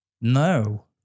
No